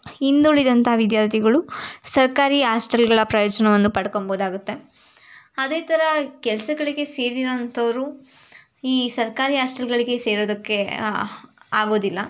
ಹಿಂದುಳಿದಂಥ ವಿದ್ಯಾರ್ಥಿಗಳು ಸರ್ಕಾರಿ ಆಸ್ಟೆಲ್ಗಳ ಪ್ರಯೋಜನವನ್ನು ಪಡ್ಕೊಬೋದಾಗುತ್ತೆ ಅದೇ ಥರ ಕೆಲಸಗಳಿಗೆ ಸೇರಿರೋವಂಥವರು ಈ ಸರ್ಕಾರಿ ಆಸ್ಟೆಲ್ಗಳಿಗೆ ಸೇರೋದಕ್ಕೆ ಆಗೋದಿಲ್ಲ